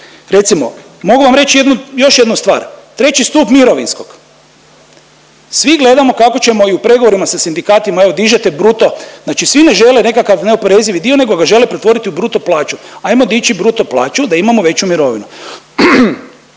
Recimo mogu vam reći još jednu stvar, treći stup mirovinskog svi gledamo kako ćemo i u pregovorima sa sindikatima evo dižete bruto, znači svi ne žele nekakav neoporezivi dio nego ga žele pretvoriti u bruto plaću, ajmo dići bruto plaću da imamo veću mirovinu.